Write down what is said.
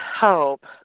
hope